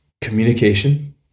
communication